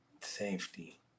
Safety